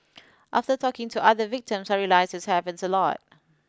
after talking to other victims I realised this happens a lot